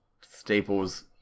Staples